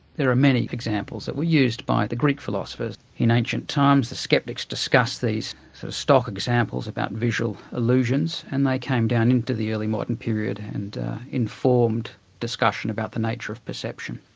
there are many examples that were used by the greek philosophers. in ancient times the sceptics discussed these for so stock examples about visual illusions, and they came down into the early modern period and informed discussion about the nature of perception.